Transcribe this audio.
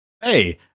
Hey